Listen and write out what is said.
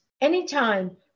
anytime